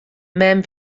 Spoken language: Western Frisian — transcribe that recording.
mem